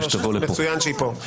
מצוין שהיא כאן.